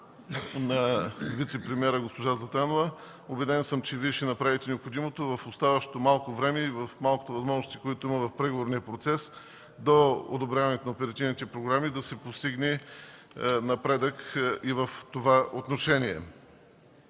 на вицепремиера госпожа Златанова, убеден съм, че и Вие ще направите необходимото в оставащото малко време и в малкото възможности, които има в преговорния процес до одобряване на оперативните програми, да се постигне напредък и в това отношение.